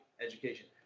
education